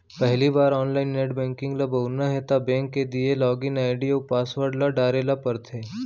पहिली बार online net banking ल बउरना हे त बेंक के दिये लॉगिन आईडी अउ पासवर्ड ल डारे ल परथे